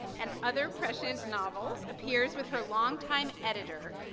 and other present novels appears with her long time editor,